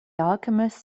alchemist